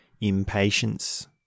impatience